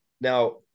Now